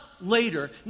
later